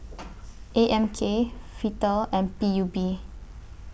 A M K Vital and P U B